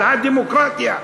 על הדמוקרטיה,